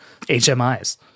HMIs